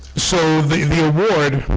so the the award